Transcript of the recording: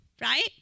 right